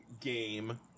game